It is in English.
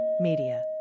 Media